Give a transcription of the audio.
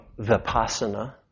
Vipassana